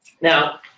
Now